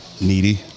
needy